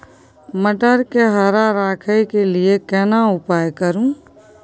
मटर के हरा रखय के लिए केना उपाय करू?